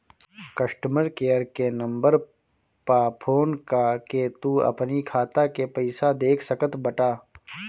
customer care के number पअ phone कअ के तू अपनी खाता के पईसा देख सकत बटअ